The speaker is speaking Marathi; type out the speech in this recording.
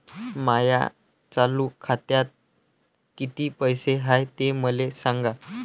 माया चालू खात्यात किती पैसे हाय ते मले सांगा